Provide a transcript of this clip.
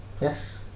Yes